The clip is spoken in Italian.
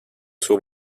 sua